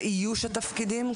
ואיוש התפקידים?